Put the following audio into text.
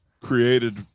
created